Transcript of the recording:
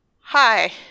hi